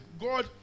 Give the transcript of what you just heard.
God